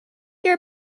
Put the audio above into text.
your